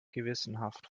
gewissenhaft